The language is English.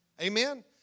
Amen